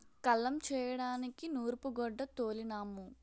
కల్లం చేయడానికి నూరూపుగొడ్డ తోలినాము